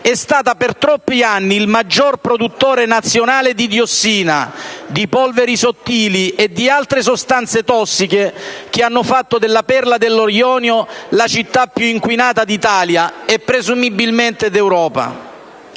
è stata per troppi anni il maggior produttore nazionale di diossina, di polveri sottili e di altre sostanze tossiche, che hanno fatto della perla dello Ionio la città più inquinata d'Italia e presumibilmente d'Europa.